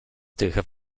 tych